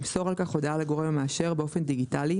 ימסור על כך הודעה לגורם המאשר באופן דיגיטלי,